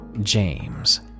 James